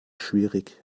schwierig